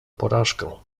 porażkę